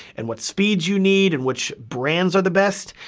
and what speeds you need and which brands are the best,